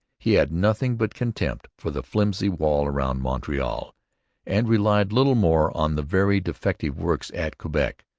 he had nothing but contempt for the flimsy wall round montreal and relied little more on the very defective works at quebec.